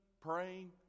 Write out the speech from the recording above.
praying